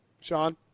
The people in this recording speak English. Sean